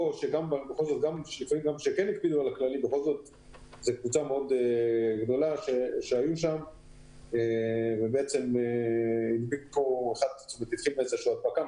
אבל היו קבוצה כל כך גדולה עד שזה הוביל להדבקה.